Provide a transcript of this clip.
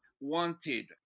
wanted